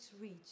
reach